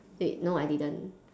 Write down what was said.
wait no I didn't